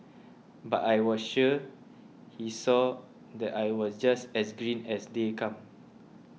but I was sure he saw that I was just as green as they come